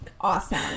awesome